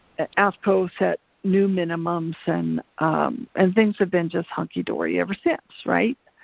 aafco set new minimums, and and things have been just hunky-dory ever since, right?